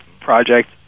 project